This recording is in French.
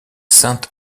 sainte